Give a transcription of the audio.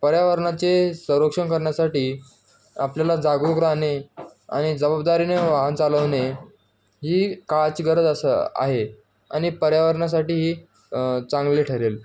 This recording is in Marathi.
पर्यावरणाचे संरक्षण करण्यासाठी आपल्याला जागरूक राहणे आणि जबाबदारीने वाहन चालवणे ही काळाची गरज असं आहे आणि पर्यावरणासाठी ही चांगले ठरेल